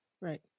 right